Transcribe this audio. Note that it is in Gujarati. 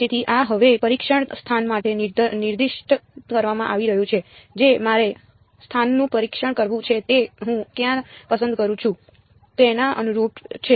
તેથી આ હવે પરીક્ષણ સ્થાન માટે નિર્દિષ્ટ કરવામાં આવી રહ્યું છે જે મારે સ્થાનનું પરીક્ષણ કરવું છે તે હું જ્યાં પસંદ કરું છું તેના અનુરૂપ છે